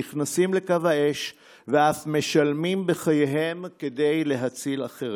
נכנסים לקו האש ואף משלמים בחייהם כדי להציל אחרים.